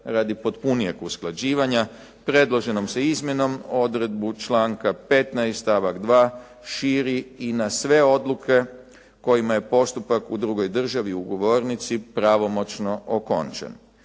radi potpunijeg usklađivanja. Predloženom se izmjenom odredbu članka 15. stavak 2. širi i na sve odluke kojima je postupak u drugoj državi ugovornici pravomoćno okončan.